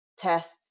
test